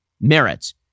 merits